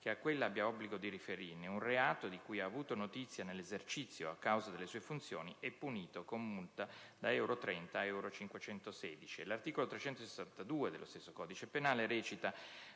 che a quella abbia obbligo di riferirne, un reato di cui ha avuto notizia nell'esercizio o a causa delle sue funzioni, è punito con la multa da euro 30 a euro 516»; l'articolo 362 del codice penale («Omessa